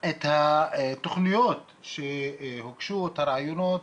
את התוכניות שהוגשו, את הרעיונות